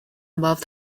above